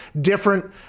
different